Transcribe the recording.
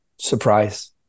Surprise